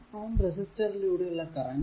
10Ω resistor ലൂടെ ഉള്ള current